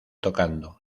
tocando